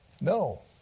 No